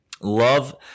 love